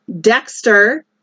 Dexter